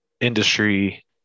industry